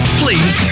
please